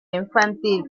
infantil